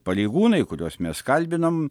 pareigūnai kuriuos mes kalbinam